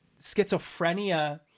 schizophrenia